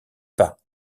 pas